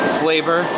flavor